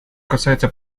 касается